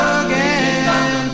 again